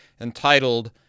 entitled